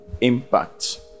impact